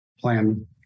plan